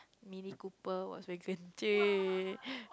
mini cooper Volkswagen !chey!